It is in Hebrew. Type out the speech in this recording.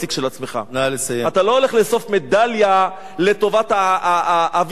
אתה לא הולך לאסוף מדליה לטובת הוויטרינה שלך,